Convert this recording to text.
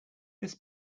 this